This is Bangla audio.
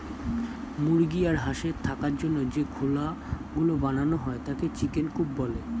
মুরগি আর হাঁসের থাকার জন্য যে খোলা গুলো বানানো হয় তাকে চিকেন কূপ বলে